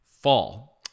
fall